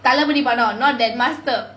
தளபதி படம்:thalapathi padam not not that master